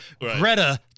Greta